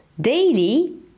daily